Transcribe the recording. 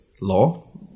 law